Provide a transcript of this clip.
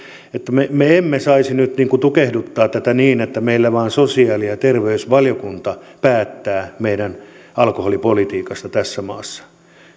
me me emme saisi nyt tukehduttaa tätä niin että meillä vain sosiaali ja terveysvaliokunta päättää meidän alkoholipolitiikasta tässä maassa